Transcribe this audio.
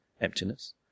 emptiness